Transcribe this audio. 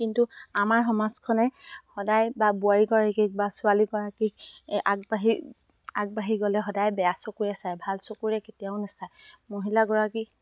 কিন্তু আমাৰ সমাজখনে সদায় বোৱাৰীগৰাকীক বা ছোৱালীগৰাকীক আগবাঢ়ি গ'লে সদায় বেয়া চকুৰে চায় ভাল চকুৰে কেতিয়াও নেচায় মহিলাগৰাকীক